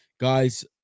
Guys